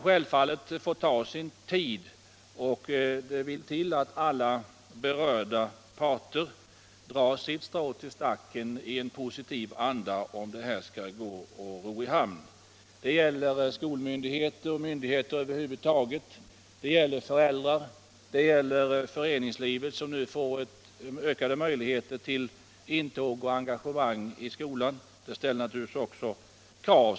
Självfallet måste det ta sin tid, och det vill till att alla berörda parter drar sitt strå till stacken i positiv anda, om vi skall kunna ro denna reform i hamn. Det gäller skolmyndigheterna och myndigheterna över huvud taget, det gäller föräldrarna och det gäller föreningslivet — som nu får ökade möjligheter till kontakt och engagemang i skolan.